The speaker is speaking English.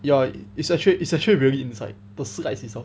ya it's actually is actually really inside